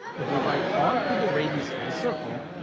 if we write r for the radius of the circle,